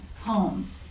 home